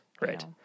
right